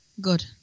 Good